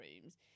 rooms